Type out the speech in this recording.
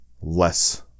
less